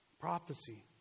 Prophecy